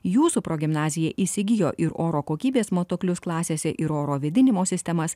jūsų progimnazija įsigijo ir oro kokybės matuoklius klasėse ir oro vėdinimo sistemas